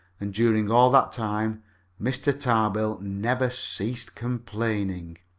and during all that time mr. tarbill never ceased complaining.